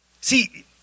See